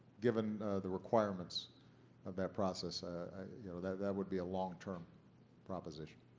given the requirements of that process ah you know that that would be a long-term proposition.